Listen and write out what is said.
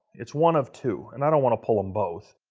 it's one of two. and i don't want to pull them both.